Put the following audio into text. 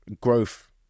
growth